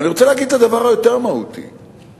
אני רוצה להגיד את הדבר המהותי יותר: